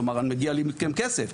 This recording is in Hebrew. כלומר מגיע לי מכם כסף.